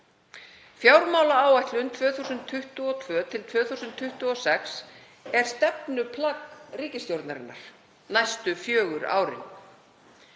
Fjármálaáætlun 2022–2026 er stefnuplagg ríkisstjórnarinnar næstu fjögur árin.